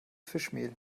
fischmehl